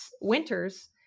winters